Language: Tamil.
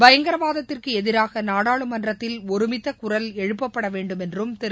பயங்கரவாதத்திற்கு எதிராக நாடாளுமன்றத்தில் ஒருமித்த குரல் எழுப்பப்பட வேண்டும் என்றும் திரு